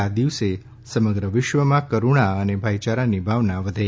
આ દિવસે સમગ્ર વિશ્વમાં કરુણા અ ભાઈયારાની ભાવના વધે